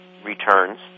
returns